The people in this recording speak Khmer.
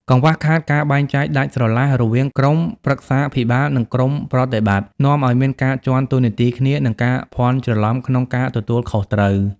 កង្វះខាតការបែងចែកដាច់ស្រឡះរវាង "ក្រុមប្រឹក្សាភិបាល" និង "ក្រុមប្រតិបត្តិ" នាំឱ្យមានការជាន់តួនាទីគ្នា និងការភាន់ច្រឡំក្នុងការទទួលខុសត្រូវ។